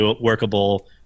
workable